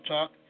Talk